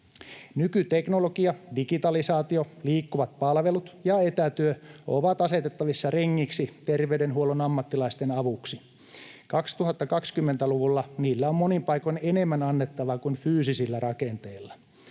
Nykyteknologia, digitalisaatio, liikkuvat palvelut ja etätyö ovat asetettavissa rengiksi terveydenhuollon ammattilaisten avuksi. 2020-luvulla niillä on monin paikoin enemmän annettavaa kuin fyysisillä rakenteilla.